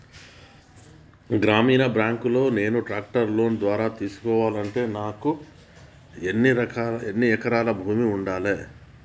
గ్రామీణ బ్యాంక్ లో నేను ట్రాక్టర్ను లోన్ ద్వారా తీసుకోవాలంటే నాకు ఎన్ని ఎకరాల భూమి ఉండాలే?